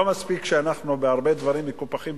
לא מספיק שאנחנו בהרבה דברים מקופחים,